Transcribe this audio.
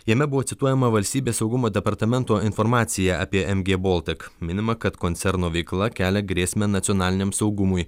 jame buvo cituojama valstybės saugumo departamento informacija apie mg baltic minima kad koncerno veikla kelia grėsmę nacionaliniam saugumui